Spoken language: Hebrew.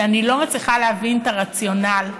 שאני לא מצליחה להבין את הרציונל,